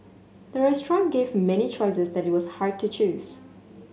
the restaurant gave many choices that it was hard to choose